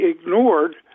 ignored